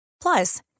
Plus